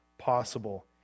Possible